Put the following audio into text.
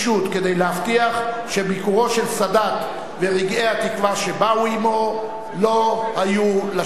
כדי להבטיח שביקורו של סאדאת ורגעי התקווה שבאו עמו לא היו לשווא.